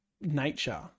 nature